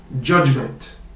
judgment